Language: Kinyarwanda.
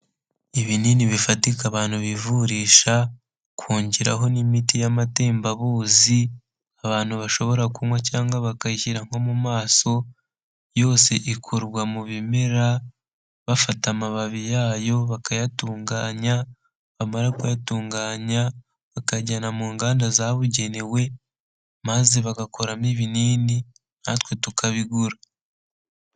Ibinini bifatika abantu bivurisha kongeraho n'imiti y'amatembabuzi abantu bashobora kunywa cyangwa bakayishyira nko mu maso, yose ikorwa mu bimera bafata amababi yayo bakayatunganya, bamara kuyatunganya bakajyana mu nganda zabugenewe maze bagakoramo ibinini natwe tukabigura.